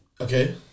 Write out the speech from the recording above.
Okay